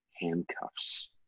handcuffs